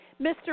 Mr